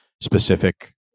specific